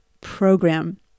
program